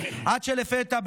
עד שלפתע,